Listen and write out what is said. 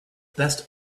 best